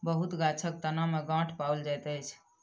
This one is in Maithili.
बहुत गाछक तना में गांठ पाओल जाइत अछि